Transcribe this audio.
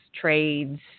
trades